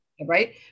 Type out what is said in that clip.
Right